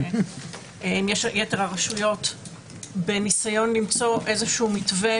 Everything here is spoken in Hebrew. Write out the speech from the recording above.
יתר הרשויות בניסיון למצוא איזשהו מתווה